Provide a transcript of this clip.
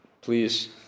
Please